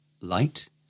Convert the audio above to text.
Light